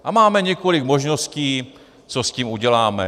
A máme několik možností, co s tím uděláme.